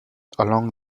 along